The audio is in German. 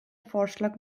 vorschlag